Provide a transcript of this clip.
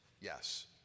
yes